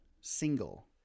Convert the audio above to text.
single